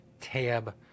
tab